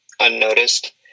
unnoticed